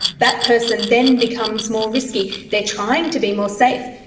that person then becomes more risky. they are trying to be more safe,